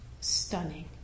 stunning